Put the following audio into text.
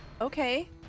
Okay